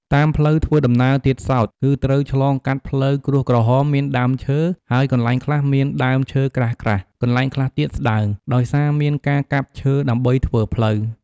តាមផ្លូវធ្វើដំណើរទៀតសោត គឺត្រូវឆ្លងកាត់ផ្លូវក្រួសក្រហម មានដើមឈើ ហើយ កន្លែងខ្លះមានដើមឈើក្រាស់ៗ កន្លែងខ្លះទៀតស្ដើង ដោយសារមានការកាប់ឈើដើម្បីធ្វើផ្លូវ។